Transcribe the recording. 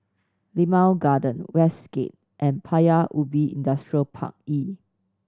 Limau Garden Westgate and Paya Ubi Industrial Park E